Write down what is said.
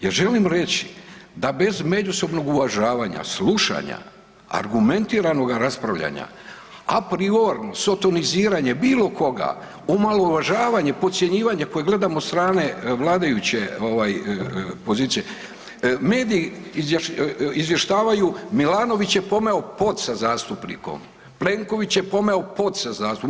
Ja želim reći da bez međusobnog uvažavanja, slušanja, argumentiranoga raspravljanja, a priorno sotoniziranje bilo koga, omalovažavanje, podcjenjivanje koje gledam od strane vladajuće ovaj pozicije, mediji izvještavaju Milanović je pomeo pod sa zastupnikom, Plenković je pomeo pod sa zastupnikom.